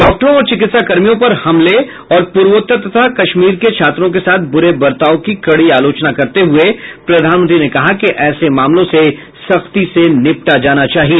डॉक्टरों और चिकित्सकर्मियों पर हमले और पूर्वोत्तर तथा कश्मीर के छात्रों के साथ बुरे बर्ताव की कड़ी आलोचना करते हुए प्रधानमंत्री ने कहा कि ऐसे मामलों से सख्ती से निपटा जाना चाहिए